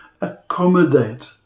accommodate